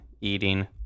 eating